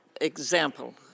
example